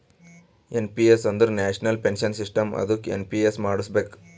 N P S ಅಂದುರ್ national pension system ಅದ್ದುಕ NPS ಮಾಡುಸ್ಬೇಕ್